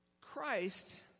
Christ